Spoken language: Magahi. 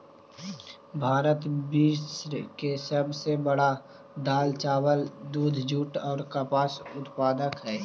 भारत विश्व के सब से बड़ा दाल, चावल, दूध, जुट और कपास उत्पादक हई